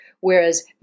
Whereas